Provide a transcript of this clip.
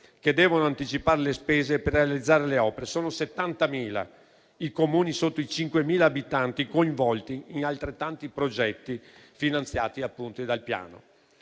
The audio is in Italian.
che devono anticipare le spese per realizzare le opere. Sono 70.000 i Comuni sotto i 5.000 abitanti coinvolti in altrettanti progetti finanziati appunto dal Piano.